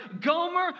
Gomer